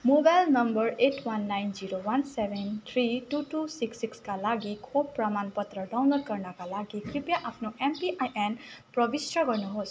mobile number eight one nine zero one seven three two two six सिक्सका लागि खोप प्रमाण पत्र डाउनलोड गर्नाका लागि कृपया आफ्नो एमपिआइएन प्रविष्ट गर्नु होस्